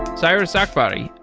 syrus akbary,